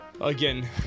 again